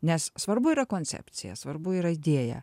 nes svarbu yra koncepcija svarbu yra idėja